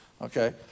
Okay